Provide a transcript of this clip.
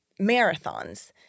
marathons